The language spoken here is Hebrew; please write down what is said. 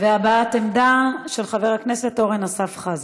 הבעת עמדה של חבר הכנסת אורן אסף חזן,